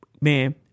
man